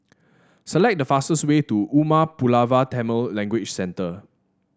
select the fastest way to Umar Pulavar Tamil Language Centre